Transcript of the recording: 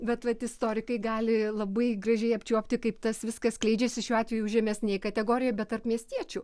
bet vat istorikai gali labai gražiai apčiuopti kaip tas viskas skleidžiasi šiuo atveju žemesnėj kategorijoj bet tarp miestiečių